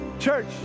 Church